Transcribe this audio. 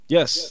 Yes